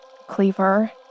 cleaver